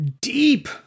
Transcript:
deep